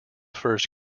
first